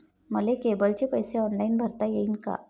मले केबलचे पैसे ऑनलाईन भरता येईन का?